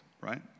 right